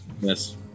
Yes